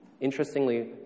Interestingly